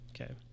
Okay